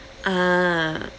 ah